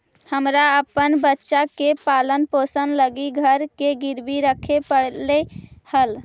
हमरा अपन बच्चा के पालन पोषण लागी घर के गिरवी रखे पड़लई हल